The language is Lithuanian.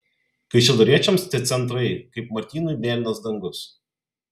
kaišiadoriečiams tie centrai kaip martynui mėlynas dangus